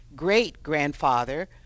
great-grandfather